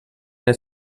les